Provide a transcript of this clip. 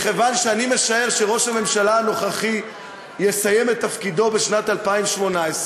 מכיוון שאני משער שראש הממשלה הנוכחי יסיים את תפקידו בשנת 2018,